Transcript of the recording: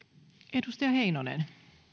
edustaja heinonen